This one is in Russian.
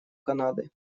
канады